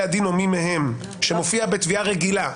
הדין או מי מהם" שמופיעות בתביעה רגילה,